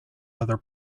other